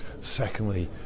secondly